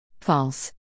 False